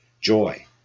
joy